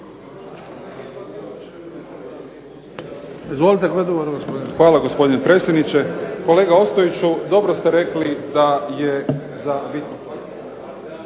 Hvala gospodine predsjedniče. Kolega Ostojiću dobro ste rekli da je ...